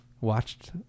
watched